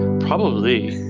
probably.